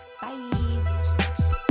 Bye